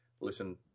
listen